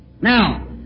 Now